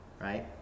right